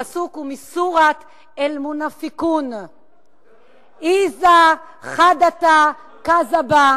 הפסוק הוא מסורת אל-מונאפקון: אד'א חדת' כד'ב,